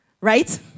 Right